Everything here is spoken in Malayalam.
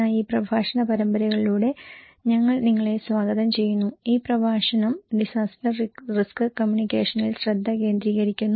എന്ന ഈ പ്രഭാഷണ പരമ്പരകളിലൂടെ ഞങ്ങൾ നിങ്ങളെ സ്വാഗതം ചെയ്യുന്നു ഈ പ്രഭാഷണം ഡിസാസ്റ്റർ റിസ്ക് കമ്മ്യൂണിക്കേഷനിൽ ശ്രദ്ധ കേന്ദ്രീകരിക്കുന്നു